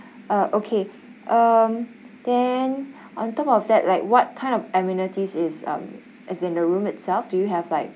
uh okay um then on top of that like what kind of amenities is um is in the room itself do you have like